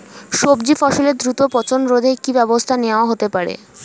সবজি ফসলের দ্রুত পচন রোধে কি ব্যবস্থা নেয়া হতে পারে?